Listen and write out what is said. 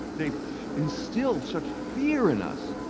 they've instilled such fear in us!